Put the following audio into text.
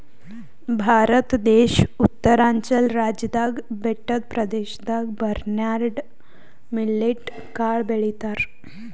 ಭಾರತ ದೇಶ್ ಉತ್ತರಾಂಚಲ್ ರಾಜ್ಯದಾಗ್ ಬೆಟ್ಟದ್ ಪ್ರದೇಶದಾಗ್ ಬರ್ನ್ಯಾರ್ಡ್ ಮಿಲ್ಲೆಟ್ ಕಾಳ್ ಬೆಳಿತಾರ್